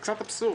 זה קצת אבסורד.